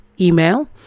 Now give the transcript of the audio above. email